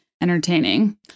entertaining